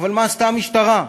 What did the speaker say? אבל מה עשתה המשטרה?